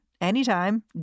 anytime